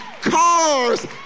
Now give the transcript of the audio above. cars